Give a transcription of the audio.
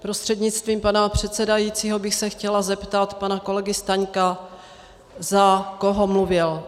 Prostřednictvím pana předsedajícího bych se chtěla zeptat pana kolegy Staňka, za koho mluvil.